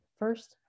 first